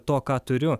to ką turiu